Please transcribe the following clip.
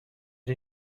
این